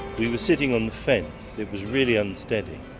we were sitting on the fence. it was really unsteady.